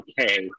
okay